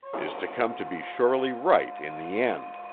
is to come to be surely right in the end.